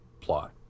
plot